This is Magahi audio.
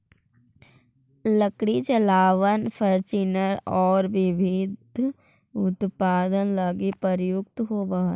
लकड़ी जलावन, फर्नीचर औउर विविध उत्पाद लगी प्रयुक्त होवऽ हई